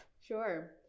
Sure